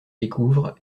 découvre